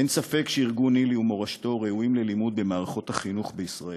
אין ספק שארגון ניל"י ומורשתו ראויים ללימוד במערכות החינוך בישראל.